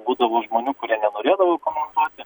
būdavo žmonių kurie nenorėdavo jų komentuoti